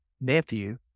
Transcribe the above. nephew